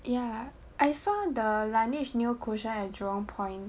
ya I saw the Laneige neo cushion at jurong point